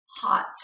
hot